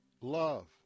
love